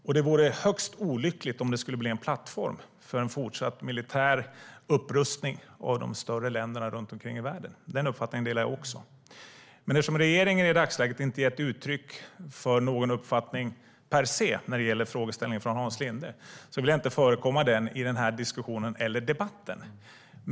Och det vore högst olyckligt om det skulle bli en plattform för en fortsatt militär upprustning av de större länderna runt omkring i världen. Den uppfattningen delar jag också. Men eftersom regeringen i dagsläget inte gett uttryck för någon uppfattning per se när det gäller frågeställningen från Hans Linde vill jag inte förekomma den i den här diskussionen eller debatten.